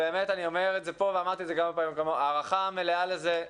אני אומר את זה פה ואמרתי את בעבר: הערכתי המלאה לזה,